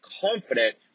confident